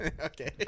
Okay